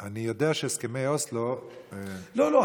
אני יודע שהסכמי אוסלו, לא, לא.